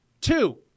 Two